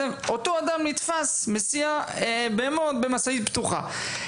אותו אדם נתפס מסיע בהמות במשאית פתוחה.